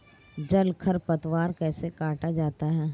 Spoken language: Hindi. जल खरपतवार कैसे काटा जाता है?